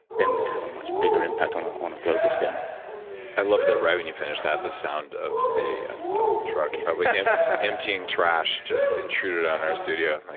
then we can have a much bigger impact on on a global scale i love that, right when you finish that, the sound of a dump truck probably came emptying trash just intruded on our studio.